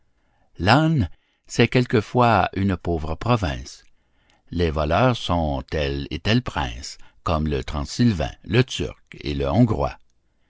l'âne c'est quelquefois une pauvre province les voleurs sont tel et tel prince comme le transylvain le turc et le hongrois